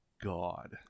god